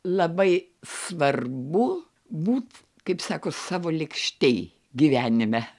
labai svarbu būt kaip sako savo lėkštėj gyvenime